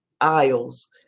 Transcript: aisles